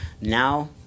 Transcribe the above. now